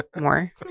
more